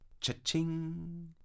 cha-ching